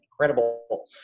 incredible